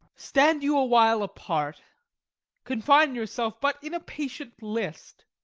stand you awhile apart confine yourself but in a patient list.